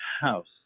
house